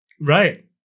Right